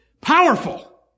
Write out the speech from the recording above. powerful